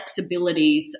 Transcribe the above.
flexibilities